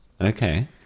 Okay